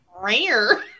Rare